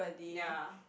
yea